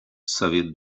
совет